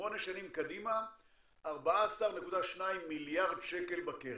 שמונה שנים קדימה 14.2 מיליארד שקל בקרן,